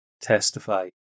testify